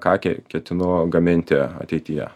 kakę ketinu gaminti ateityje